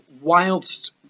whilst